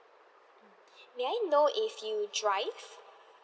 may I know if you drive